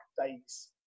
days